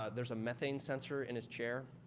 ah there's a methane sensor in his chair,